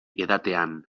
edatean